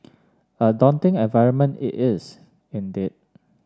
a daunting environment it is indeed